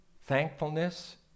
thankfulness